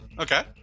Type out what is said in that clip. Okay